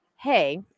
hey